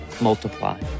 multiply